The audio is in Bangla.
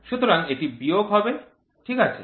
সুতরাং এটি বিয়োগ হবে ঠিক আছে